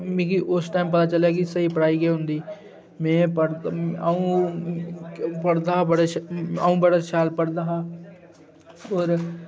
मिगी उस टाइम पता चलेआ की स्हेई पढ़ाई के होंदी में पढ़दा अ'ऊं पढ़दा हा बड़ा शैल अ'ऊं बड़ा शैल पढ़दा हा और